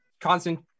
constant